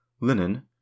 Linen